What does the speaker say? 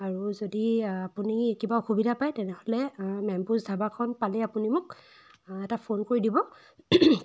আৰু যদি আপুনি কিবা অসুবিধা পায় তেনেহ'লে মেমভোজ ধাবাখন পালেই আপুনি মোক এটা ফোন কৰি দিব